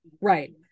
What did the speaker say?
right